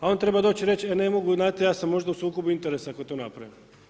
A on treba doći i reći, e ne mogu znate ja sam možda u sukobu interesa ako to napravim.